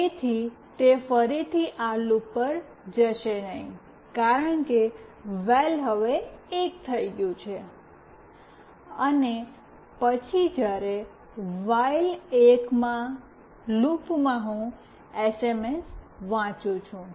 તેથી તે ફરીથી આ લૂપ પર જશે નહીં કારણ કે વૅલ હવે 1 થઈ ગયું છે અને પછી જ્યારે વાઇલ લૂપમાં હું એસએમએસ વાંચું છું